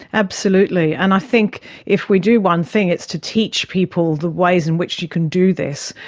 absolutely, and i think if we do one thing it's to teach people the ways in which you can do this.